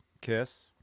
kiss